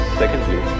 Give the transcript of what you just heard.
secondly